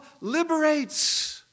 liberates